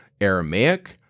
Aramaic